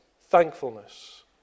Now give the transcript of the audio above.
thankfulness